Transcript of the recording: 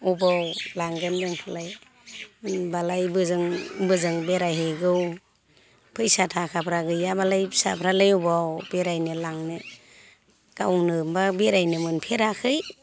अबाव लांगोन जोंखौलाय मोनब्लालाय बोजों बोजों बेरायहैगौ फैसा थाखाफ्रालाय गैयाबालाय फिसाफ्रालाय अबाव बेरायनो लांनो गावनोबा बेरायनो मोनफेराखै